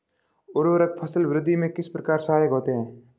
उर्वरक फसल वृद्धि में किस प्रकार सहायक होते हैं?